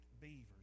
beavers